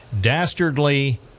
Dastardly